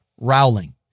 Rowling